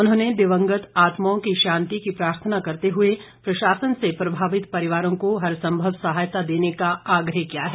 उन्होंने दिवंगत आत्माओं की शांति की प्रार्थना करते हुए प्रशासन से प्रभावित परिवारों को हरसंभव सहायता देने का आग्रह किया है